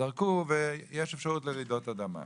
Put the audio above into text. זרקו שיש אפשרות לרעידות אדמה.